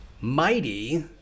mighty